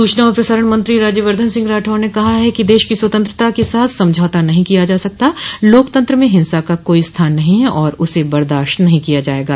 स्चना और प्रसारण मंत्रो राज्यवर्द्वन सिंह राठौर ने कहा है कि देश की स्वतंत्रता के साथ समझौता नहीं किया जा सकता लोकतत्र में हिंसा का कोई स्थान नहीं है और उसे बर्दाश्त नहीं किया जाएगा